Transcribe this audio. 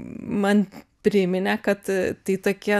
man priminė kad tai tokia